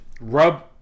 rub